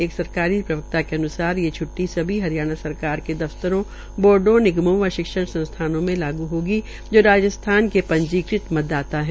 एक सरकारी प्रवक्ता के अनुसार ये छुट्टी सभी हरियाणा सरकार के दफतरों बोर्डो निगमों व शिक्षण संस्थानों में लागू होगी जो राजस्थान के पंजीक़त मतदाता है